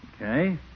Okay